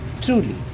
truly